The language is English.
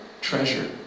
treasure